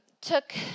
took